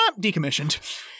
decommissioned